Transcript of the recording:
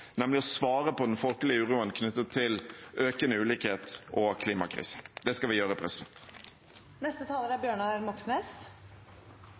nemlig å svare på den folkelige uroen knyttet til økende ulikhet og klimakrise. Det skal vi gjøre.